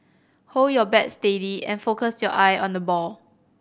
hold your bat steady and focus your eye on the ball